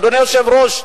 אדוני היושב-ראש,